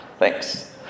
Thanks